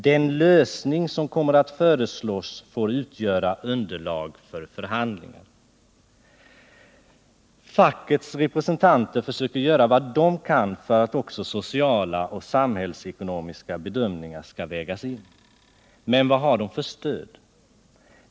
Den lösning som kommer att föreslås får utgöra underlag för förhandlingar.” Fackets representanter gör vad de kan för att också sociala och samhällsekonomiska bedömningar skall vägas in. Men vad har de för stöd?